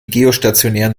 geostationären